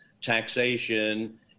taxation